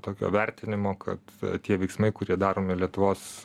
tokio vertinimo kad tie veiksmai kurie daromi lietuvos